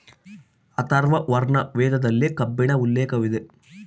ಅಥರ್ವರ್ಣ ವೇದದಲ್ಲಿ ಕಬ್ಬಿಣ ಉಲ್ಲೇಖವಿದೆ